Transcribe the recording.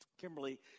Kimberly